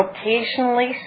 occasionally